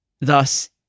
thus